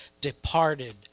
departed